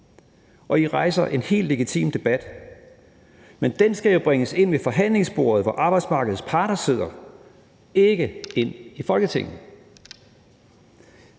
og I rejser en helt legitim debat. Men den skal jo bringes ind til forhandlingsbordet, hvor arbejdsmarkedets parter sidder; ikke ind i Folketinget.